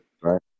right